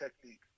technique